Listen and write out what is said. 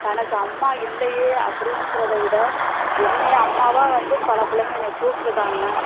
தனக்கு அம்மா இல்லையே அப்படிங்கிறத விட என்னையை அம்மாவாக வந்து பல பிள்ளைங்க என்னையை கூப்பிட்ருக்காங்க